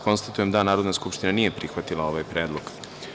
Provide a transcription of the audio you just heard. Konstatujem da Narodna skupština nije prihvatila ovaj predlog.